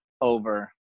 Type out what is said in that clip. over